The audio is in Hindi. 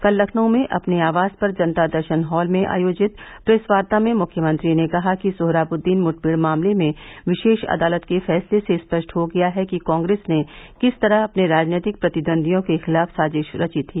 कल लखनऊ में अपने आवास पर जनता दर्शन हाल में आयोजित प्रेसवार्ता में मुख्यमंत्री ने कहा कि सोहराबृददीन मुठभेड़ मामले में विशेष अदालत के फैसले से स्पष्ट हो गया है कि कांग्रेस ने किस तरह अपने राजनैतिक प्रतिद्वदियों के खिलाफ साजिश रची थी